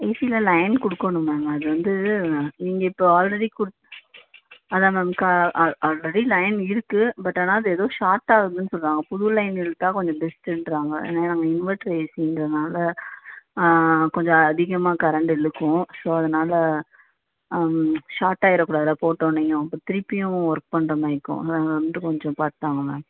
ஏசியில் லைன் கொடுக்கணும் மேம் அது வந்து நீங்கள் இப்போது ஆல்ரெடி கொடு அதான் மேம் ஆல்ரெடி லைன் இருக்குது பட் ஆனால் அது ஏதோ ஷாட் ஆகுதுன்னு சொல்கிறாங்க புது லைன் இழுத்தா கொஞ்சம் பெஸ்ட்டுன்றாங்க ஏன்னா நாங்கள் இன்வெட்ரு ஏசின்றதுனால கொஞ்சம் அதிகமாக கரண்ட்டு இழுக்கும் ஸோ அதனால் ஷாட் ஆகிடக்கூடாதுல போட்டோடன்னையும் திருப்பியும் ஒர்க் பண்ணுற மாதிரி இருக்கும் அதனால் வந்துட்டு கொஞ்சம் பார்த்து தான்ங்க மேம்